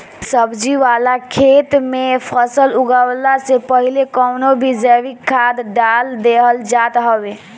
सब्जी वाला खेत में फसल उगवला से पहिले कवनो भी जैविक खाद डाल देहल जात हवे